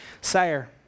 Sire